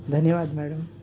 धन्यवाद मॅडम